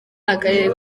akarere